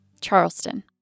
Charleston